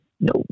no